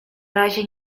razie